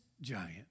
giant